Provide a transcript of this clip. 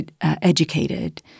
educated